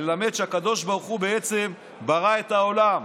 ללמד שהקדוש ברוך הוא בעצם ברא את העולם,